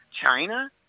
China